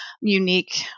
unique